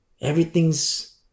everything's